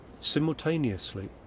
simultaneously